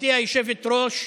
גברתי היושבת-ראש,